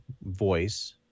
voice